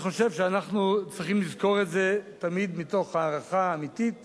אני חושב שאנחנו צריכים לזכור את זה תמיד מתוך הערכה אמיתית